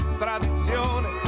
tradizione